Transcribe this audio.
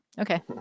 Okay